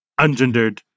ungendered